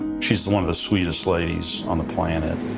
she's one of the sweetest ladies on the planet.